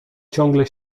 ciągle